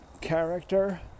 character